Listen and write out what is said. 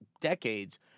decades